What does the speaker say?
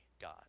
God